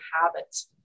habits